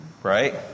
right